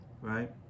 right